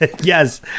Yes